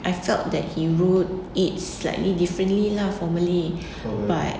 I felt that he wrote it slightly differently lah formally but